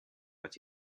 that